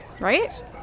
Right